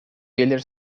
gelir